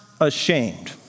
ashamed